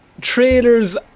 trailers